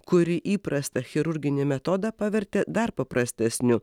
kuri įprastą chirurginį metodą pavertė dar paprastesniu